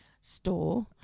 store